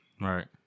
Right